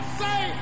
say